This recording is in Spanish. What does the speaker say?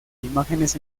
imágenes